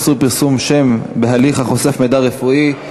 איסור פרסום שם בהליך החושף מידע רפואי),